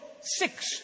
six